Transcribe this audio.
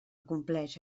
compleix